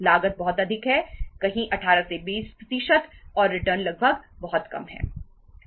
लागत बहुत अधिक है कहीं 18 20 प्रतिशत और रिटर्न लगभग बहुत कम है